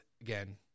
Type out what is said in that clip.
again